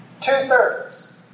Two-thirds